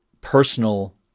personal